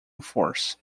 force